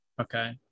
Okay